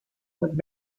with